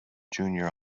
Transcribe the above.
junior